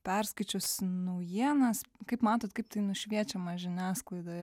perskaičius naujienas kaip matot kaip tai nušviečiama žiniasklaidoje